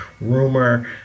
rumor